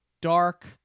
dark